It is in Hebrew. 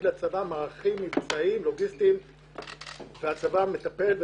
לצבא מערכים מבצעיים ולוגסטים והצבא מטפל,